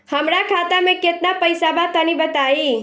हमरा खाता मे केतना पईसा बा तनि बताईं?